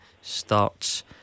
starts